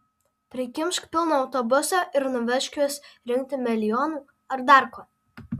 prikimšk pilną autobusą ir nuvežk juos rinkti melionų ar dar ko